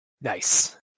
Nice